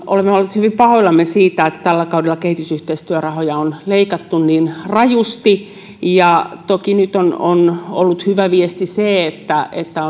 olemme olleet hyvin pahoillamme siitä että tällä kaudella kehitysyhteistyörahoja on leikattu niin rajusti toki nyt on on ollut hyvä viesti se että että